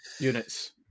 units